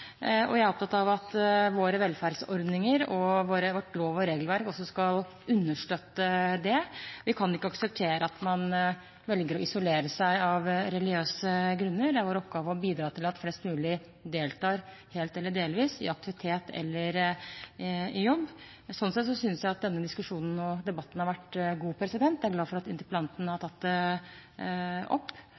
Jeg er opptatt av at våre velferdsordninger og vårt lov- og regelverk skal understøtte det. Vi kan ikke akseptere at man velger å isolere seg av religiøse grunner. Det er vår oppgave å bidra til at flest mulig deltar helt eller delvis i aktivitet eller jobb. Sånn sett synes jeg at denne diskusjonen og debatten har vært god. Jeg er glad for at interpellanten har tatt dette opp.